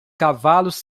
cavalos